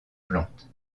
plantes